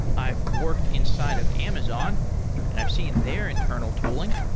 i've worked inside of amazon and i've seen their internal tooling.